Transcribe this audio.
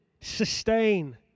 Sustain